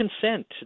consent